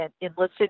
enlisted